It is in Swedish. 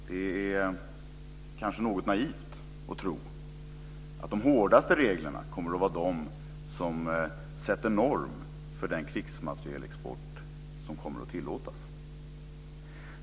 Det är kanske något naivt att tro att de hårdaste reglerna kommer att vara de som sätter norm för den krigsmaterielexport som kommer att tillåtas.